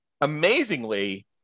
amazingly